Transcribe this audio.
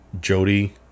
Jody